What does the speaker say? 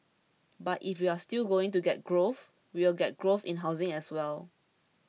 but if we are still going to get growth we will get growth in housing as well